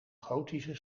gotische